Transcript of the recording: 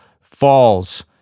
falls